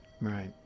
Right